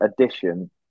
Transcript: addition